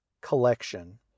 collection